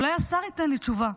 אולי השר ייתן לי תשובה.